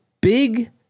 big